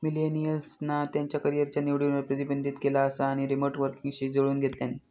मिलेनियल्सना त्यांच्या करीयरच्या निवडींवर प्रतिबिंबित केला असा आणि रीमोट वर्कींगशी जुळवुन घेतल्यानी